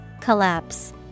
Collapse